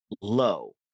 low